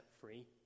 free